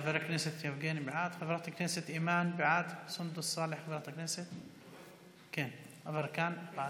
חבר הכנסת יבגני, בעד, חברת הכנסת אימאן, בעד,